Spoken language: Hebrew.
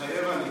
מתחייב אני